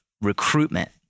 recruitment